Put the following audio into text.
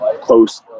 close